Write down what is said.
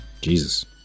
Jesus